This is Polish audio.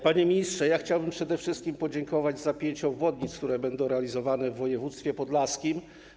Panie ministrze, ja chciałbym przede wszystkim podziękować za pięć obwodnic, które będą realizowane w województwie podlaskim.